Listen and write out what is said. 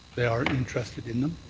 they are interested in them?